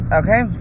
okay